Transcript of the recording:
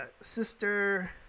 Sister